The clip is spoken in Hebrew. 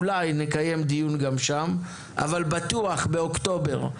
אולי נקיים דיון גם שם, אבל בטוח שבאוקטובר.